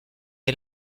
est